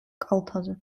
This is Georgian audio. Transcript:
კალთაზე